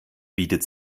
bietet